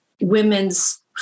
women's